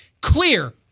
clear